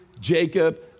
Jacob